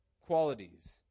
qualities